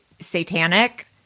satanic